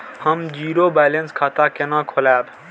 हम zero balance खाता केना खोलाब?